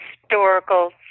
historical